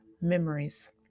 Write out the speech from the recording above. memories